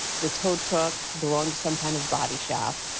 the tow truck belonged to some kind of body shop,